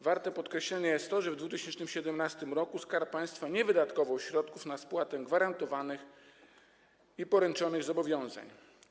Warte podkreślenia jest to, że w 2017 r. Skarb Państwa nie wydatkował środków na spłatę gwarantowanych i poręczonych zobowiązań.